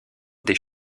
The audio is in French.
des